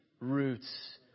roots